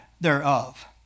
thereof